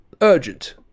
Urgent